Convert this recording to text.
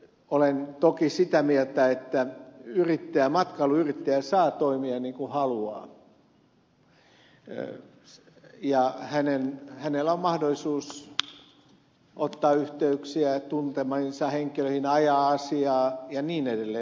olen toki sitä mieltä että yrittäjä matkailuyrittäjä saa toimia niin kuin haluaa ja hänellä on mahdollisuus ottaa yhteyksiä tuntemiinsa henkilöihin ajaa asiaa ja niin edelleen